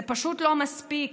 זה פשוט לא מספיק.